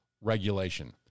Regulation